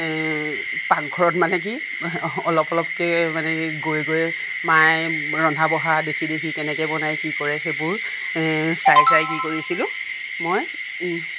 পাকঘৰত মানে কি অলপ অলপকৈ মানে গৈ গৈ মায়ে ৰন্ধা বঢ়া দেখি দেখি কেনেকৈ বনায় কি কৰে সেইবোৰ চাই চাই কি কৰিছিলোঁ মই